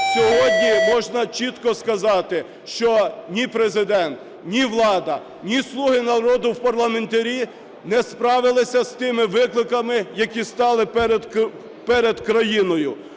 сьогодні можна чітко сказати, що ні Президент, ні влада, ні "слуги народу" в парламенті не справилися з тими викликами, які стали перед країною.